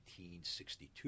1962